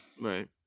Right